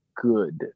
good